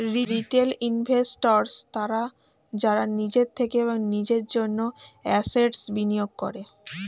retail investors তারা যারা নিজের থেকে এবং নিজের জন্য অ্যাসেট্স্ বিনিয়োগ করে